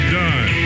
done